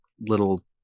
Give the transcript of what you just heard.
little